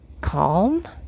calm